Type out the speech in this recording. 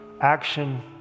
action